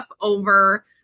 over